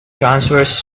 transverse